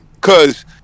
Cause